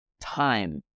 time